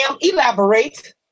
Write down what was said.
elaborate